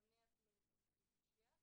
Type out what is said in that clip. ומונע פשיעה,